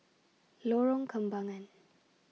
Lorong Kembangan